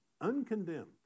uncondemned